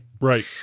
Right